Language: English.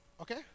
Okay